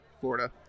Florida